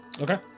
Okay